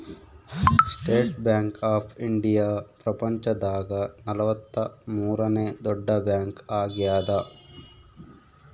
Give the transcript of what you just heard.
state bank of India ಪ್ರಪಂಚ ದಾಗ ನಲವತ್ತ ಮೂರನೆ ದೊಡ್ಡ ಬ್ಯಾಂಕ್ ಆಗ್ಯಾದ